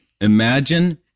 Imagine